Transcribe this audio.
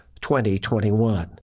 2021